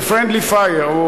זה friendly fire.